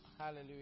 Hallelujah